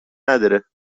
نداره